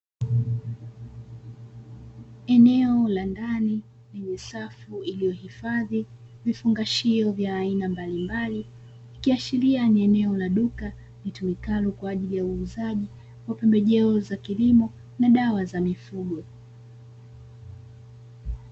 Eneo la ndani limesafu iliyohifadhi vifungashio vya aina mbalimbali, ikiashiria ni eneo la duka litumikalo kwa ajili ya uuzaji wa pembejeo za kilimo na dawa za mifugo.